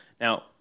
Now